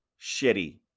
shitty